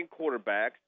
quarterbacks